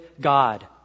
God